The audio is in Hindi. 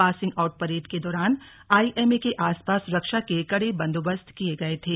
पासिंग आउट परेड के दौरान आईएमए के आसपास सुरक्षा के कड़े बंदोबस्त किये गए थे